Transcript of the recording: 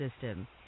System